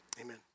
amen